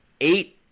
eight